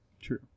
True